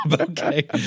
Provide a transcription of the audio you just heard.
Okay